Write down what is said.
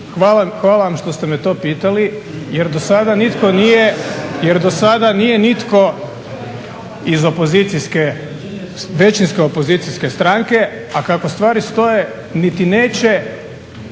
hvala vam što ste me to pitali, jer do sada nitko nije iz opozicijske, većinske opozicijske stranke a kako stvari stoje niti neće